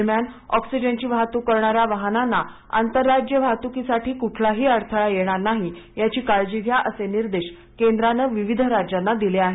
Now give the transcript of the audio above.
दरम्यान ओंक्सिजन चौ वाहतूक करणाऱ्या वाहनांना आंतर राज्य वाहतुकीसाठी कुठलाही अडथळा येणार नाही याची काळजी घ्या असे निदेश केंद्रा नं विविध राज्यांना दिले आहेत